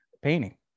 painting